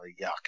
yuck